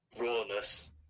Rawness